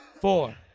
four